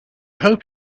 hope